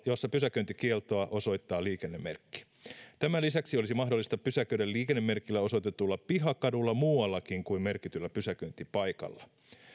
jossa pysäköintikieltoa osoittaa liikennemerkki tämän lisäksi olisi mahdollista pysäköidä liikennemerkillä osoitetulla pihakadulla muuallakin kuin merkityllä pysäköintipaikalla